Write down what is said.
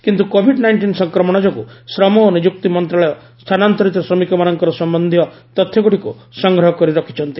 କିନ୍ତୁ COVID nineteen ସଂକ୍ରମଣ ଯୋଗୁଁ ଶ୍ରମ ଓ ନିଯୁକ୍ତି ମନ୍ତଶାଳୟ ସ୍ଥାନାନ୍ତରିତ ଶ୍ରମିକମାନଙ୍କ ସମ୍ଭନ୍ଧୀୟ ତଥ୍ୟଗୁଡ଼ିକୁ ସଂଗ୍ରହ କରି ରଖିଛନ୍ତି